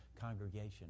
congregation